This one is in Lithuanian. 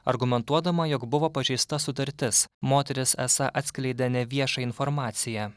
argumentuodama jog buvo pažeista sutartis moteris esą atskleidė neviešą informaciją